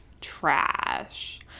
trash